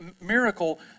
miracle